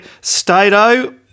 Stato